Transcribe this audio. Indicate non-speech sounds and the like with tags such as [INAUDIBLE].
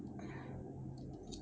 [NOISE]